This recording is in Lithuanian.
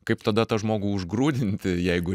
kaip tada tą žmogų užgrūdinti jeigu